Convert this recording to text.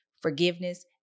forgiveness